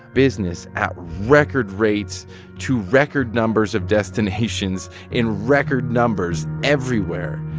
business at record rates to record numbers of destinations in record numbers everywhere.